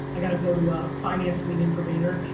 i gotta go to a finance meeting for vayner,